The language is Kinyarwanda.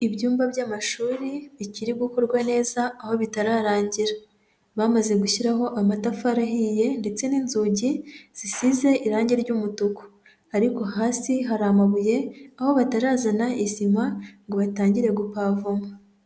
Ibyumba by'amashuri bikiri gukorwa neza aho bitararangira. Bamaze gushyiraho amatafari ahiye ndetse n'inzugi, zisize irangi ry'umutuku. Ariko hasi hari amabuye aho batarazana isima ngo batangire gupavoma.